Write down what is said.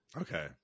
Okay